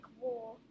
war